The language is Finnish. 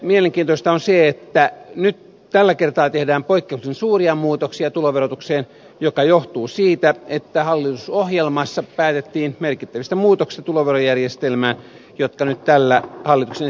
mielenkiintoista on se että tällä kertaa tehdään poikkeuksellisen suuria muutoksia tuloverotukseen mikä johtuu siitä että hallitusohjelmassa päätettiin tuloverojärjestelmään tulevista merkittävistä muutoksista jotka nyt tällä hallituksen esityksellä pannaan täytäntöön